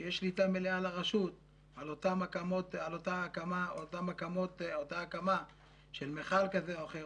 שתהיה שליטה מלאה לרשות על אותה הקמה של מכל כזה או אחר,